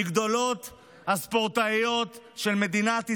מגדולות הספורטאיות של מדינת ישראל,